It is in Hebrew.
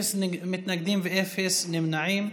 אפס מתנגדים ואפס נמנעים.